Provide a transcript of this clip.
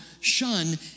shun